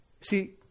See